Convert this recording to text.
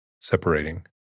separating